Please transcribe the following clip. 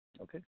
Okay